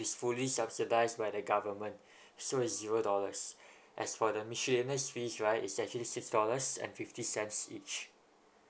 fully subsidized by the government so zero dollars as for the miscellaneous fees right is actually six dollars and fifty cents each